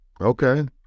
Okay